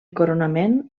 coronament